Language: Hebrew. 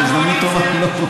זו הזדמנות טובה.